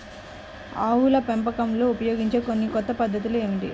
ఆవుల పెంపకంలో ఉపయోగించే కొన్ని కొత్త పద్ధతులు ఏమిటీ?